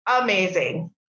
amazing